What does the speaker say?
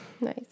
Nice